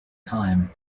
time